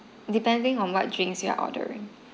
depending on what drinks you're ordering